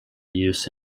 use